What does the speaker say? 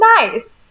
nice